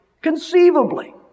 conceivably